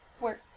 Work